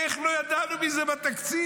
איך לא ידענו מזה בתקציב?